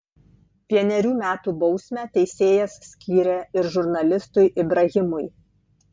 vienerių metų bausmę teisėjas skyrė ir žurnalistui ibrahimui